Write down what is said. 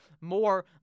more